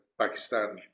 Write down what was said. Pakistan